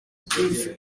byiza